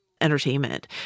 Entertainment